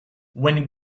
when